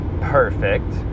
perfect